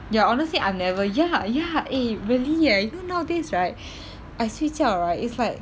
ya honestly I never ya ya eh really eh you know nowadays right I 睡觉 right is like